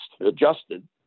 adjusted